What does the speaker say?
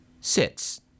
sits